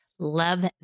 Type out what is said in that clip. Love